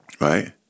right